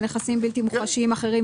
"לזכות טובת הנאה ונכסים בלתי מוחשיים אחרים,